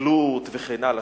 היבדלות וכן הלאה.